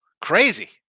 crazy